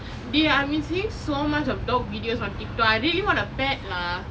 dey I've been seeing so much of dog videos on TikTok I really want a pet lah